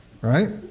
Right